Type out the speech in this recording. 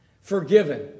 Forgiven